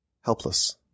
helpless